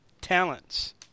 talents